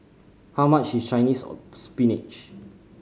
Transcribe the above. how much is Chinese or spinach